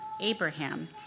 Abraham